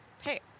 hey